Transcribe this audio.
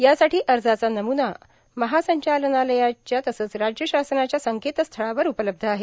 यासाठी अर्जाचा नमूना महासंचालनालयाच्या तसंच राज्य शासनाच्या संकेतस्थळावर उपलब्ध आहे